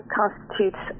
constitutes